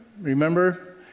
Remember